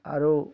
ଆରୁ